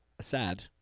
sad